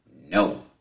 No